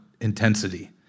intensity